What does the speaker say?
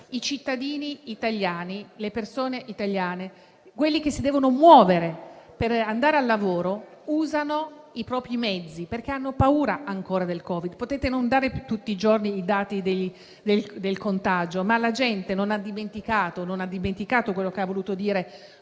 i cittadini italiani, le persone che si devono muovere per andare al lavoro, usano i propri mezzi, perché hanno ancora paura del Covid. Potete non dare tutti i giorni i dati dei contagi, ma la gente non ha dimenticato cos'hanno voluto dire